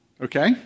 Okay